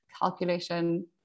calculation